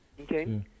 Okay